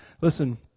Listen